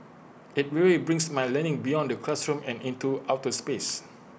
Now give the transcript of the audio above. IT really brings my learning beyond the classroom and into outer space